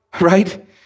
right